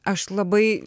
aš labai